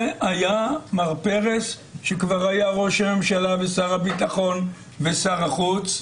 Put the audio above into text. זה היה מר פרס כשהוא כבר היה ראש ממשלה ושר הביטחון ושר החוץ.